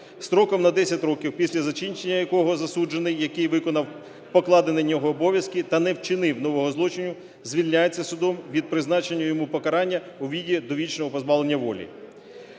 строком на 10 років, після закінчення якого засуджений, який виконав покладені на нього обов'язки та не вчинив нового злочину, звільняється судом від призначення йому покарання у виді довічного позбавлення волі.